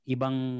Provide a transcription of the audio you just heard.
Ibang